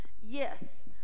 yes